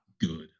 good